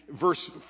verse